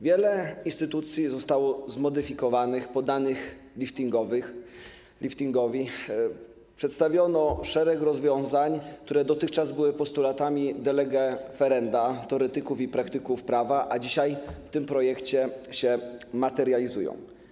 Wiele instytucji zostało zmodyfikowanych, poddanych liftingowi, przedstawiono szereg rozwiązań, które dotychczas były postulatami de lege ferenda teoretyków i praktyków prawa, a dzisiaj w tym projekcie się materializują.